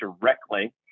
directly